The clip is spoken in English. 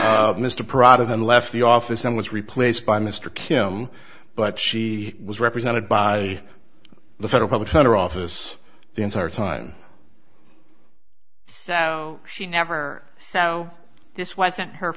office mr prado then left the office and was replaced by mr kim but she was represented by the federal public defender office the entire time so she never so this wasn't her